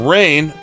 Rain